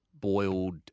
boiled